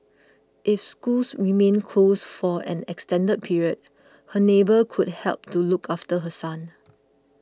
if schools remain closed for an extended period her neighbour could help to look after her son